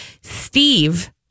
Steve